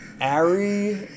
Ari